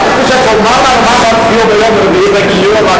רציתי שתאמר לנו מה תצביעו ביום רביעי בגיור,